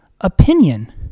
opinion